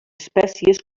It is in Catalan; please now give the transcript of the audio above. espècies